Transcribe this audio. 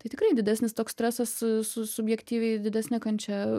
tai tikrai didesnis toks stresas su subjektyviai didesne kančia